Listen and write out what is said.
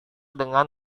dengan